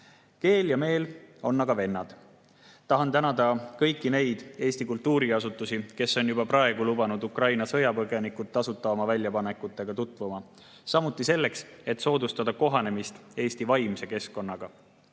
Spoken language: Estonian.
ja meel on vennad. Tahan tänada kõiki neid Eesti kultuuriasutusi, kes on juba praegu lubanud Ukraina sõjapõgenikel tasuta oma väljapanekutega tutvuda ning aidanud soodustada kohanemist Eesti vaimse keskkonnaga.